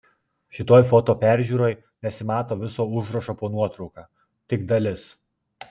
šitoj foto peržiūroj nesimato viso užrašo po nuotrauka tik dalis